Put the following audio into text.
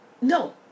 no